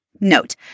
Note